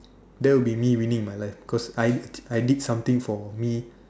that will be me winning my life because I did I did something for me